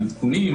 על סכומים,